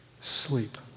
sleep